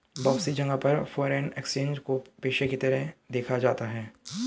बहुत सी जगह पर फ़ोरेन एक्सचेंज को पेशे के तरह देखा जाता है